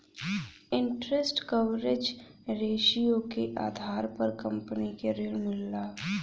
interest coverage ratio के आधार पर कंपनी के ऋण मिलला